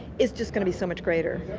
is just going to be so much greater.